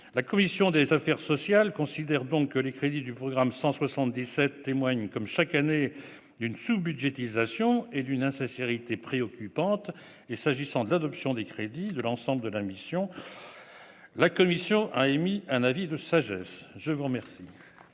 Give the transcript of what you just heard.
La commission des affaires sociales considère donc que les crédits du programme 177 témoignent, comme chaque année, d'une sous-budgétisation et d'une insincérité préoccupante. S'agissant de l'adoption des crédits de l'ensemble de la mission, elle a émis un avis de sagesse. La parole